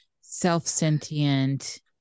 self-sentient